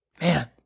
Man